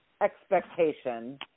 expectation